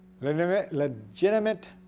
Legitimate